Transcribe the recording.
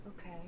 Okay